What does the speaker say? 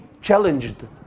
challenged